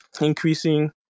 increasing